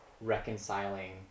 reconciling